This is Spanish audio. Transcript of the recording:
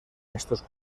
estos